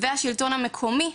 באחריות השלטון המקומי,